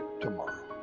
tomorrow